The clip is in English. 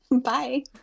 Bye